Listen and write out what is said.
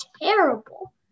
terrible